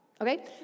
Okay